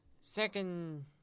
Second